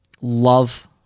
love